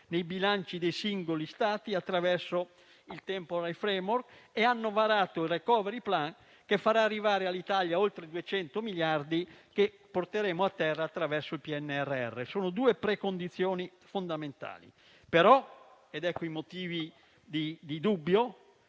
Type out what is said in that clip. nei bilanci dei singoli Stati attraverso il *temporary framework* e ha varato il *recovery plan*, che farà arrivare all'Italia oltre 200 miliardi, che porteremo a terra attraverso il PNRR. Queste sono due precondizioni fondamentali, però - ed ecco i motivi di dubbio